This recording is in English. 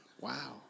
Wow